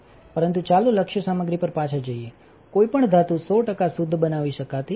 પરંતુ ચાલો લક્ષ્યસામગ્રીપર પાછા જઈએકોઈ પણ ધાતુ 100 ટકા શુદ્ધ બનાવી શકાતી નથી